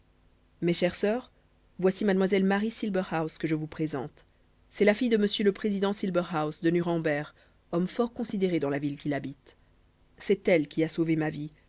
mes chères sœurs voici mademoiselle marie silberhaus que je vous présente c'est la fille de m le président silberhaus de nuremberg homme fort considéré dans la ville qu'il habite c'est elle qui a sauvé ma vie